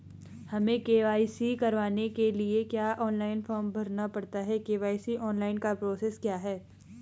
हमें के.वाई.सी कराने के लिए क्या ऑनलाइन फॉर्म भरना पड़ता है के.वाई.सी ऑनलाइन का प्रोसेस क्या है?